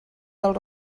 del